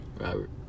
robert